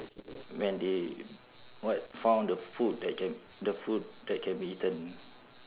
when they what found the food that can the food that can be eaten